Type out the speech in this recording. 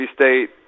State